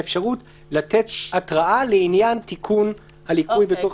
את האפשרות: "לתת התראה לעניין תיקון הליקוי בתוך...".